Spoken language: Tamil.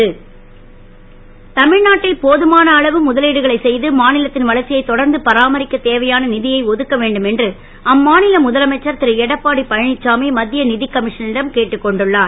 க் கமிஷன் தமி நாட்டில் போதுமான அளவு முதலீடுகளை செ து மா லத் ன் வளர்ச்சியை தொடர்ந்து பராமரிக்க தேவையான யை ஒதுக்க வேண்டும் என்று அம்மா ல முதலமைச்சர் ரு எடப்பாடி பழ ச்சாமி மத் ய க் கமிஷ் டம் கேட்டுக் கொண்டுள்ளார்